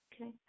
Okay